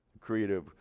creative